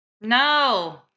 No